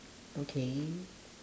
okay